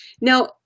Now